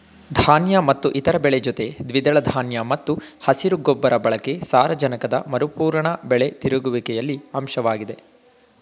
ಧಾನ್ಯ ಮತ್ತು ಇತರ ಬೆಳೆ ಜೊತೆ ದ್ವಿದಳ ಧಾನ್ಯ ಮತ್ತು ಹಸಿರು ಗೊಬ್ಬರ ಬಳಕೆ ಸಾರಜನಕದ ಮರುಪೂರಣ ಬೆಳೆ ತಿರುಗುವಿಕೆಯ ಅಂಶವಾಗಿದೆ